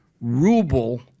ruble